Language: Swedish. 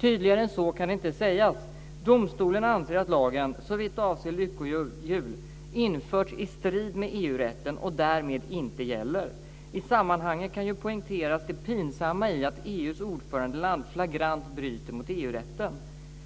Tydligare än så kan det inte sägas. Domstolen anser att lagen såvitt avser lyckohjul införts i strid med EG-rätten och därmed inte gäller. I sammanhanget kan ju poängteras det pinsamma i att EU:s ordförandeland flagrant bryter mot EG-rätten.